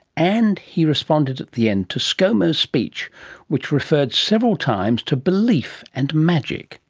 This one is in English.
and he responded at the end to sco mo's speech which referred several times to belief and magic.